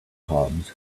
hobs